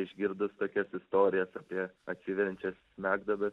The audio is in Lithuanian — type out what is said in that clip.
išgirdus tokias istorijas apie atsiveriančias smegduobes